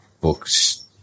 books